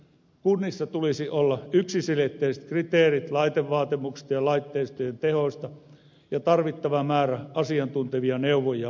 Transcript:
kunnissa tulisi olla yksiselitteiset kriteerit laitevaatimuksista ja laitteistojen tehosta ja tarvittava määrä asiantuntevia neuvojia opastamaan kuntalaisia